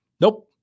Nope